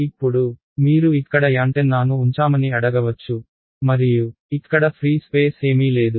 ఇప్పుడు మీరు ఇక్కడ యాంటెన్నాను ఉంచామని అడగవచ్చు మరియు ఇక్కడ ఫ్రీ స్పేస్ ఏమీ లేదు